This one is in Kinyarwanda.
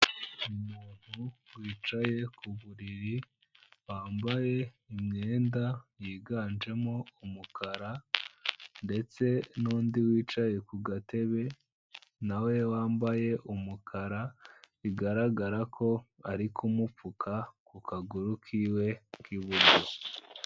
Umuntu wicaye ku buriri wambaye imyenda yiganjemo umukara ndetse n'undi wicaye ku gatebe nawe wambaye umukara, bigaragara ko ari kumupfuka ku kaguru k'iwe k'iburyo.